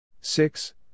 Six